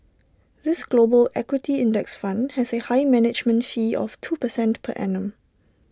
this global equity index fund has A high management fee of two percent per annum